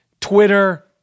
Twitter